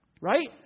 Right